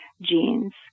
genes